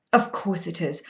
of course it is.